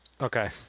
Okay